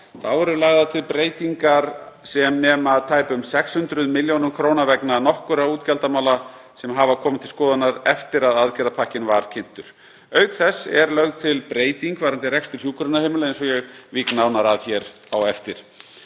Þá eru lagðar til breytingar sem nema tæpum 600 millj. kr. vegna nokkurra útgjaldamála sem hafa komið til skoðunar eftir að aðgerðapakkinn var kynntur. Auk þess er lögð til breyting varðandi rekstur hjúkrunarheimila eins og ég vík nánar að hér á eftir.